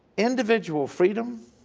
individual freedom